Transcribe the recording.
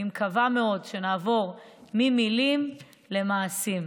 אני מקווה מאוד שנעבור ממילים למעשים.